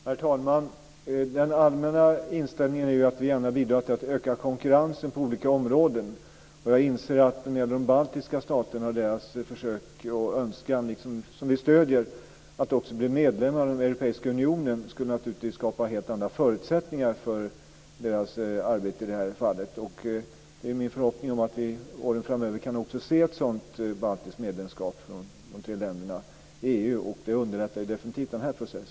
Herr talman! Den allmänna inställningen är att vi gärna bidrar till att öka konkurrensen på olika områden. Jag inser att även de baltiska staternas försök och önskan att bli medlemmar i den Europeiska unionen, vilket vi stöder, naturligtvis skulle skapa helt andra förutsättningar för deras arbete i detta fall. Det är min förhoppning att vi åren framöver kommer att få se att de tre baltiska länderna kommer att bli medlemmar i EU. Det underlättar definitivt denna process.